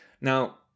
Now